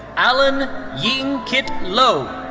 allen ying-kit lo.